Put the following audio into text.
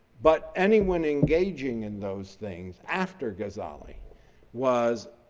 but anyone engaging in those things after ghazali was